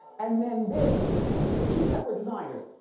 and then this is two separate designers,